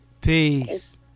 Peace